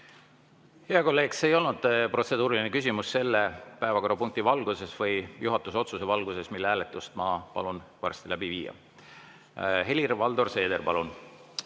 Hea kolleeg, see ei olnud protseduuriline küsimus selle päevakorrapunkti valguses või juhatuse otsuse valguses, mille hääletuse ma palun varsti läbi viia. Helir-Valdor Seeder, palun!